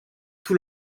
tout